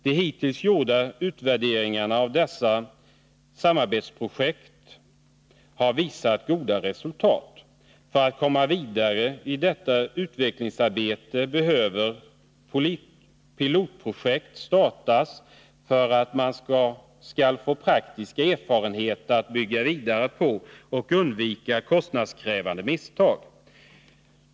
De hittills gjorda utvärderingarna av dessa samarbetsprojekt har visat goda resultat. För att komma vidare i detta utvecklingsarbete behöver pilotprojekt startas för att man skall få praktiska erfarenheter att bygga vidare på och undvika kostnadskrävande misstag.